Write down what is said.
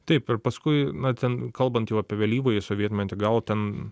taip ir paskui na ten kalbant jau apie vėlyvąjį sovietmetį gal ten